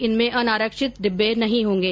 इनमें अनारक्षित डिब्बे नहीं होगे